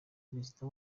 perezida